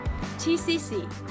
TCC